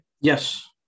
Yes